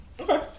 okay